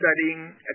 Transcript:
studying